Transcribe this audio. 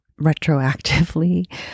retroactively